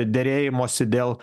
derėjimosi dėl